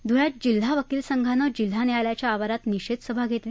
धळ्यात जिल्हा वकील संघानं जिल्हा न्यायालयाच्या आवारात निषेध सभा घेतली